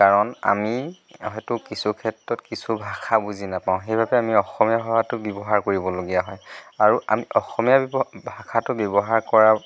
কাৰণ আমি হয়তো কিছু ক্ষেত্ৰত কিছু ভাষা বুজি নাপাওঁ সেইবাবে আমি অসমীয়া ভাষাটো ব্যৱহাৰ কৰিবলগীয়া হয় আৰু আমি অসমীয়া ব্যৱ ভাষাটো ব্যৱহাৰ কৰা